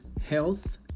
health